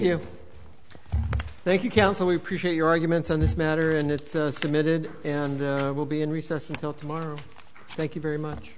you thank you counsel we appreciate your argument on this matter and it's committed and i will be in recess until tomorrow thank you very much